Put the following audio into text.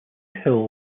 hill